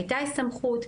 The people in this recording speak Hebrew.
הייתה הסתמכות,